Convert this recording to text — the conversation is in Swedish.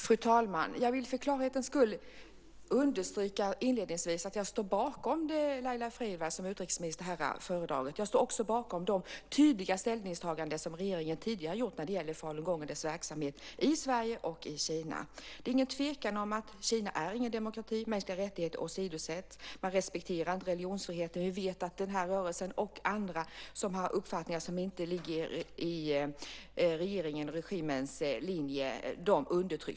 Fru talman! Jag vill för klarhetens skull inledningsvis understryka att jag står bakom det Laila Freivalds som utrikesminister här har föredragit. Jag står också bakom de tydliga ställningstaganden som regeringen tidigare har gjort när det gäller falungong och dess verksamhet i Sverige och i Kina. Det är ingen tvekan om att Kina inte är någon demokrati. Mänskliga rättigheter åsidosätt. Man respekterar inte religionsfriheten. Vi vet att denna rörelse och andra som har uppfattningar som inte ligger i regimens linje undertrycks.